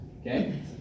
Okay